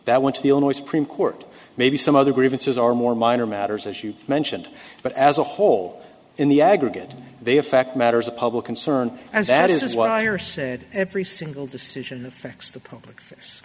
that went to the illinois supreme court maybe some other grievances are more minor matters as you mentioned but as a whole in the aggregate they affect matters of public concern and that is what i or said every single decision affects the public's